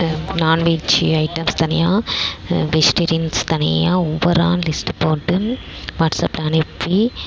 நாண் veg items தனியா vegetarians தனியாக overall list போட்டு வாட்ஸ்சப்பில் அனுப்பி